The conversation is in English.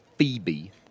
Phoebe